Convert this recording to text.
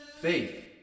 Faith